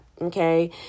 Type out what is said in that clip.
Okay